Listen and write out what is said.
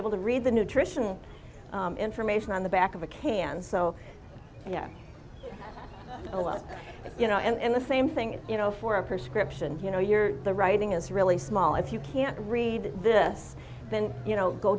able to read the nutritional information on the back of a can so yeah a lot you know and the same thing is you know for a prescription you know you're the writing is really small if you can't read this then you know go